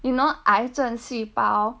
you know 癌症细胞